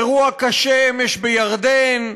אירוע קשה אמש בירדן,